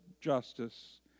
justice